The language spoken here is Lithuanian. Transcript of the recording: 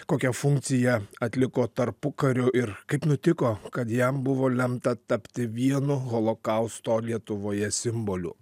kokią funkciją atliko tarpukariu ir kaip nutiko kad jam buvo lemta tapti vienu holokausto lietuvoje simboliu